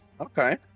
Okay